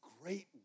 great